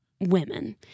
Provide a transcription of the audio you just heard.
women